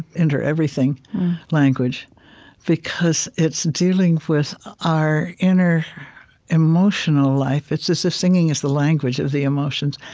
inter-everything language because it's dealing with our inner emotional life. it's as if singing is the language of the emotions.